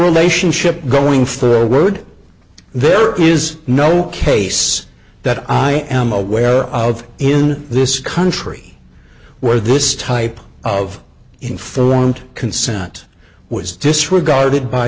relationship going for the road there is no case that i am aware of in this country where this type of info and consent was disregarded by